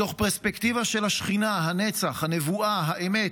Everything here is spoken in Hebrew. מתוך פרספקטיבה של השכינה, הנצח, הנבואה, האמת,